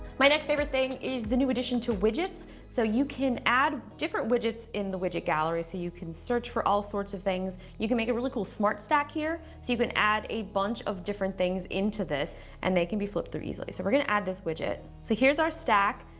my next favorite thing is the new addition to widgets. so, you can add different widgets in the widget gallery. so, you can search for all sorts of things. you can make a really cool smart stack here. so, you can add a bunch of different things into this and they can be flipped through easily. so we're gonna add this widget. so here's our stack.